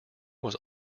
was